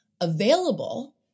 available